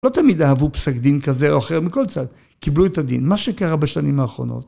לא תמיד אהבו פסק דין כזה או אחר, מכל צד, קיבלו את הדין. מה שקרה בשנים האחרונות.